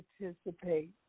participate